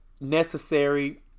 Necessary